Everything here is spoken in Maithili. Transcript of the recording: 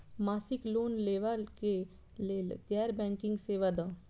मासिक लोन लैवा कै लैल गैर बैंकिंग सेवा द?